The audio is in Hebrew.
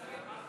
כן.